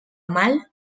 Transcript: mal